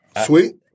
Sweet